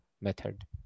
method